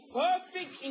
perfect